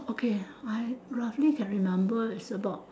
okay I roughly can remember it's about